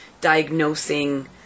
diagnosing